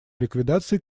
ликвидации